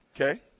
Okay